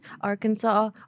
Arkansas